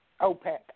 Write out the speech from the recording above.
OPEC